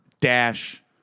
Dash